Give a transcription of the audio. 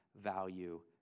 value